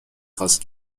خواست